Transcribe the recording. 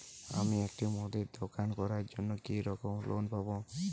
আমি একটি মুদির দোকান করার জন্য কি রকম লোন পাব?